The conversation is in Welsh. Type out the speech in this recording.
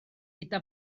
gyda